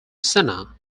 senna